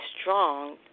strong